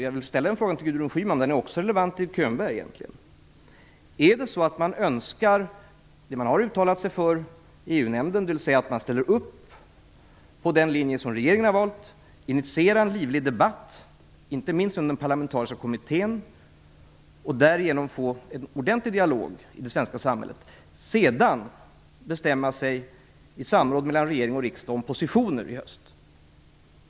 Jag vill ställa frågan till Gudrun Schyman, men egentligen är den också relevant att ställa till Bo Könberg: Är det så att man önskar det man har uttalat sig för i EU nämnden, dvs. att man ställer upp på den linje som regeringen har valt, initierar en livlig debatt, inte minst i den parlamentariska kommittén, och därigenom får en ordentlig dialog i det svenska samhället för att sedan bestämma sig i samråd med regering och riksdag om positionen i öst?